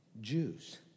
Jews